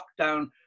lockdown